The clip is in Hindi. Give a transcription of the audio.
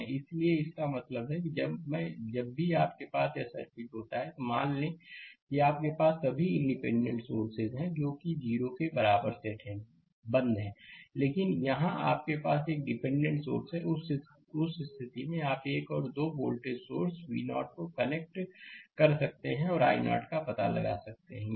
स्लाइड समय देखें 0854 इसलिए इसका मतलब है कि जब भी आपके पास यह सर्किट होता है मान लें कि आपके पास सभी इंडिपेंडेंट सोर्स हैं जो 0 के बराबर सेट हैं बंद है लेकिन यहां आपके पास एक डिपेंडेंट सोर्स है उस स्थिति में आप 1 और 2 में वोल्टेज सोर्स V0 कनेक्ट कर सकते हैं और i0 का पता लगा सकते हैं